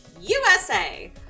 USA